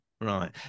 Right